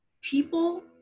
people